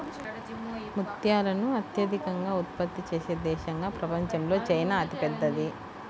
ముత్యాలను అత్యధికంగా ఉత్పత్తి చేసే దేశంగా ప్రపంచంలో చైనా అతిపెద్దది